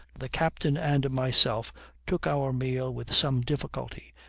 the captain and myself took our meal with some difficulty,